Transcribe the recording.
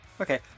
Okay